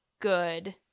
good